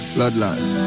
Bloodline